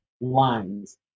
lines